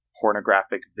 pornographic